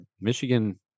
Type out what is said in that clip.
Michigan